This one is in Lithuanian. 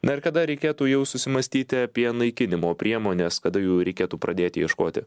na ir kada reikėtų jau susimąstyti apie naikinimo priemones kada jų reikėtų pradėti ieškoti